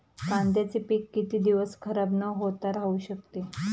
कांद्याचे पीक किती दिवस खराब न होता राहू शकते?